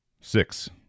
six